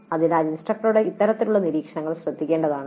അതിനാൽ ഇൻസ്ട്രക്ടറുടെ ഇത്തരത്തിലുള്ള നിരീക്ഷണങ്ങൾ ശ്രദ്ധിക്കേണ്ടതാണ്